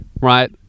right